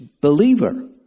believer